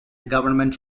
government